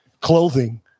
clothing